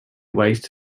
waste